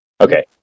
Okay